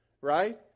Right